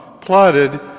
plotted